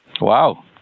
Wow